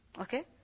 Okay